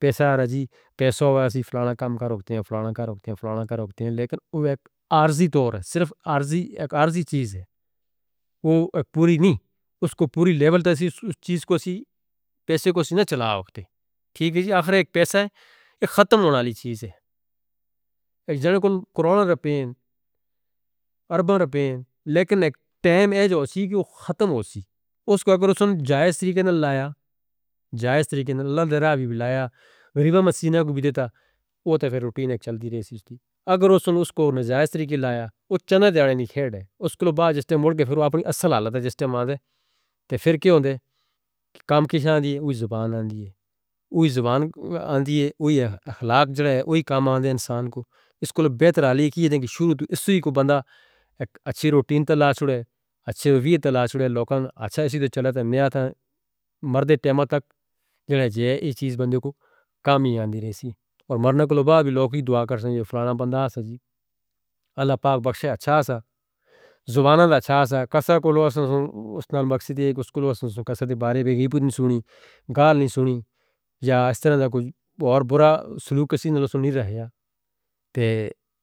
پیسہ آ رہا ہے جی، پیسہ ہوتا ہے، ہم فلاں کام کروکتے ہیں، فلاں کام کروکتے ہیں، فلاں کام کروکتے ہیں، لیکن وہ ایک عارضی طور ہے، صرف عارضی چیز ہے، وہ ایک پوری نہیں۔ اس کو پوری لیول تک اس چیز کو ہم پیسے کو بھی نہ چلا آتے ہیں۔ ٹھیک ہے جی، آخر ایک پیسہ ہے، ایک ختم ہونے والی چیز ہے۔ جنہوں نے کرونہ روپے ہیں، ارباں روپے ہیں، لیکن ایک ٹائم ہے جو ہم ختم ہو گئے۔ اس کو اگر اس نے جائز طریقے سے لایا، جائز طریقے سے لائیں، ویڈیو میں مسینہ کو بھی دیتا، وہ تو پھر روٹین ایک چلتی رہی ہے اس کی۔ اگر اس نے اس کو نجائز طریقے سے لایا، وہ چندہ دیڑھ نہیں کھیل رہے ہیں۔ اس کو لو باج استے مڑ کے پھر اپنی اصل حالت ہے جس تے اماندے، تو پھر کیا ہوندے؟ کام کشاں دی ہے، وہی زبان آندی ہے، وہی زبان آندی ہے، وہی اخلاق جڑا ہے، وہی کام آندے انسان کو۔ اس کو بہتر آلی کی ہے، شروع سے اس کو بندہ اچھی روٹین تلاش ہڑے، اچھے ویعت تلاش ہڑے، لوکن اچھا اس کے چلتے ہیں، نیا تاں مردے ٹیمہ تک، جیہے یہ چیز بندے کو کامیان دی رہی تھی، اور مرنا کے لو باج بھی لوگ بہت کرسن، یہ فلانا بندہ آسا جی، اللہ پاک بخشے اچھا آسا، زبان آندھا اچھا آسا، قصہ کو لوہ سنسن، اسنال مقصد ہے کہ اس کو لوہ سنسن، قصہ دی بارے میں کوئی بھی نہیں سنی، گال نہیں سنی، یا اس طرح دا کوئی اور برا سلوک کسی نے لوہ سن نہیں رہا ہے